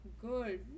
Good